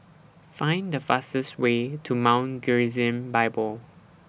Find The fastest Way to Mount Gerizim Bible